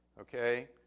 Okay